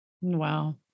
Wow